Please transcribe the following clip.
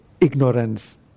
ignorance